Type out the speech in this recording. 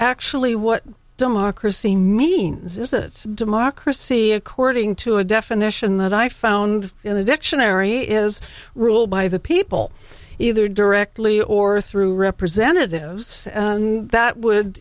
actually what democracy means is that democracy according to a definition that i found in the dictionary is ruled by the people either directly or through representatives that would